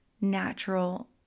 natural